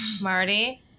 marty